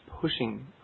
pushing